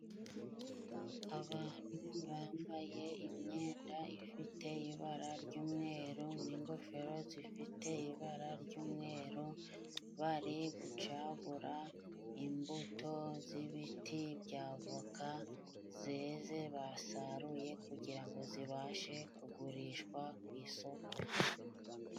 Abantu bambaye imyenda ifite ibara ry'umweru n'ingofero zifite ibara ry'umweru bari gucagura imbuto z'ibiti bya avoka zeze basaruye kugira ngo zibashe kugurishwa ku isoko.